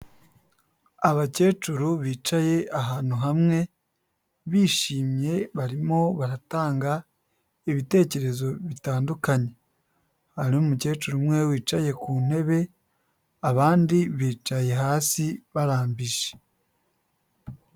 Abakecuru bicaye ahantu hamwe, bishimye barimo baratanga ibitekerezo bitandukanye, hari umukecuru umwe wicaye ku ntebe, abandi bicaye hasi barambije.